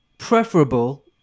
Preferable